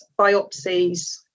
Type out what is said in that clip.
biopsies